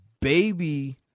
Baby